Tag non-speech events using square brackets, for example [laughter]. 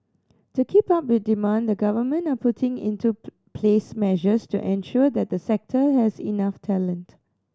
to keep up with demand the government are putting into [unintelligible] place measures to ensure that the sector has enough talent